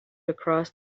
across